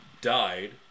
died